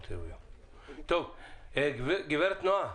גב' נועה,